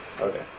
Okay